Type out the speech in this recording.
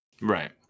Right